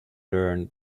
learned